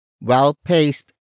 well-paced